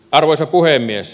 arvoisa puhemies